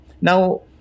Now